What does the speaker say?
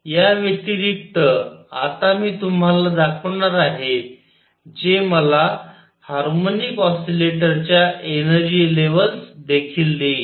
याव्यतिरिक्त आता मी तुम्हाला दाखवणार आहे जे मला हार्मोनिक ऑसीलेटरच्या एनर्जी लेव्हल्स देखील देईल